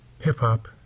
Hip-hop